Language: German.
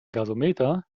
gasometer